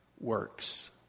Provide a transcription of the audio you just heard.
works